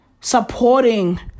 Supporting